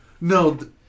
No